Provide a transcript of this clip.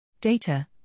Data